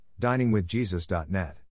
DiningwithJesus.net